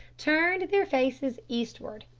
turned their faces eastward,